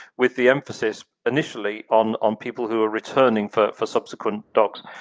with the emphasis initially on on people who are returning for for subsequent dogs.